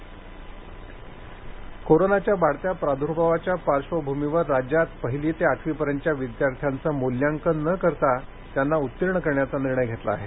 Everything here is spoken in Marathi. परीक्षा कोरोनाच्या वाढत्या प्रादूर्भावाच्या पार्श्वभूमीवर राज्यात पहिली ते आठवीपर्यंतच्या विद्यार्थ्यांचं मूल्यांकन न करता त्यांना उत्तीर्ण करण्याचा निर्णय घेतला आहे